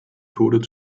tode